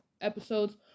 episodes